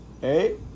Hey